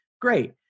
Great